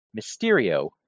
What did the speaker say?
Mysterio